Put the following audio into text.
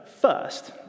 first